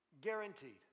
Guaranteed